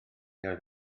oedd